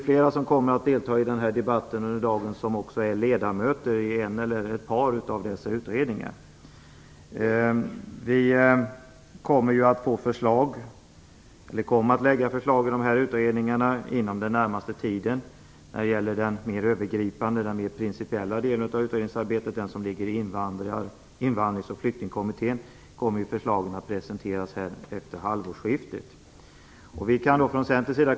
Flera av oss som deltar i dagens debatt är ju också ledamöter i en eller ett par av dessa utredningar. Utredningarna kommer att lägga fram förslag inom den närmaste tiden. När det gäller den mer övergripande och mer principiella delen av utredningsarbetet, som sker inom Invandrings och flyktingkommittén, kommer förslagen att presenteras här efter halvårsskiftet.